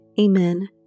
Amen